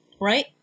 Right